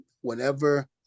whenever